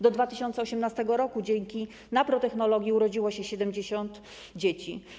Do 2018 r. dzięki naprotechnologii urodziło się 70 dzieci.